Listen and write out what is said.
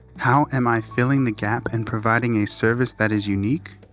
how am i filling the gap and providing a service that is unique?